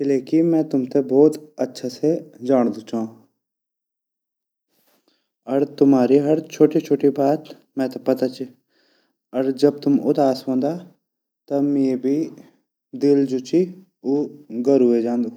किले की मैं तुमते भोत अच्छा से जांडदू छौ अर तुम्हारी हर छोटी-कजोति बात मेते पता ची अर जब तुम उदास वोन्दा तब मेरु भी दिल घरू वे जांदू।